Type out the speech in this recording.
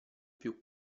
più